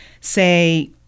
say